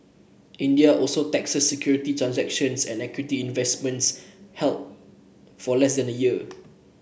India also taxes securities transactions and equity investments held for less than a year